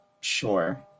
sure